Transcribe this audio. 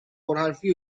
پرحرفی